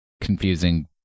confusing